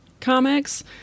comics